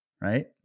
Right